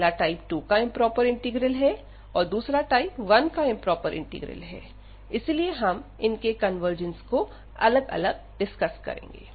पहला टाइप 2 का improper integral है दूसरा टाइप 1 इंप्रोपर इंटीग्रल है इसलिए हम इन के कन्वर्जेंस को अलग अलग डिसकस करेंगे